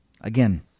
Again